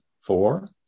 four